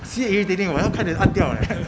see irritating 我要快点按掉 leh